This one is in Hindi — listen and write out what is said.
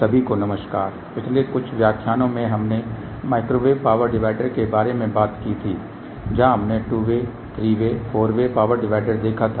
सभी को नमस्कार पिछले कुछ व्याख्यानों में हमने माइक्रोवेव पावर डिवाइडर के बारे में बात की थी जहाँ हमने 2 way 3 way 4 way power divider देखा था